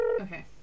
okay